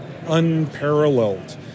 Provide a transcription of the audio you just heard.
unparalleled